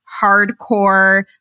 hardcore